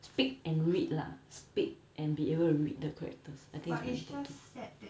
speak and read lah speak and be able to read the characters I think it's very important